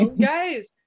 Guys